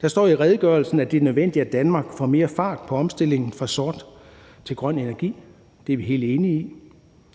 Der står i redegørelsen, at det er nødvendigt, at Danmark får mere fart på omstillingen fra sort til grøn energi. Det er vi helt enige i.